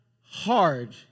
hard